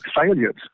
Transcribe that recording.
failures